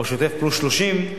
או שוטף פלוס 30,